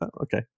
okay